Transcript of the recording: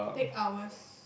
take hours